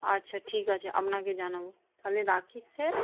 আচ্ছা ঠিক আছে আপনাকে জানাবো তাহলে রাখি স্যার